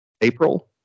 April